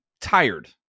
tired